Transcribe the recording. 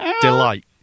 delight